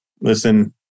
listen